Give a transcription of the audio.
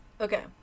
okay